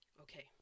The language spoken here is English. Okay